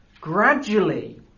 gradually